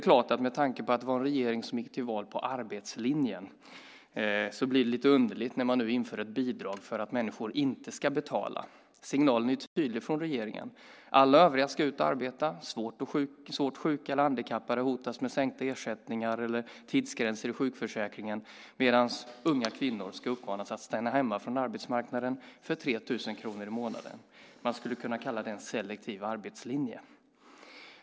Med tanke på att det var en regering som gick till val på arbetslinjen, blir det lite underligt när man nu inför ett bidrag för att människor inte ska arbeta. Signalen är tydlig från regeringen: Alla övriga ska ut och arbeta. Svårt sjuka eller handikappade hotas med sänkta ersättningar eller tidsgränser i sjukförsäkringen. Unga kvinnor ska uppmanas att stanna hemma från arbetsmarknaden för 3 000 kronor i månaden. Man skulle kunna kalla det en selektiv arbetslinje.